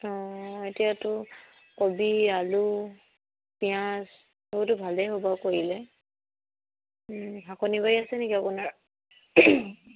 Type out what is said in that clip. অঁ এতিয়াতো কবি আলু পিঁয়াজ সেইবোৰতো ভালেই হ'ব আৰু কৰিলে শাকনিবাৰী আছে নেকি আপোনাৰ